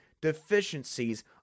deficiencies